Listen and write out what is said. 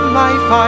life